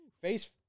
face